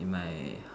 in my